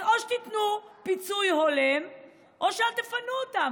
אז או שתיתנו פיצוי הולם או שלא תפנו אותם,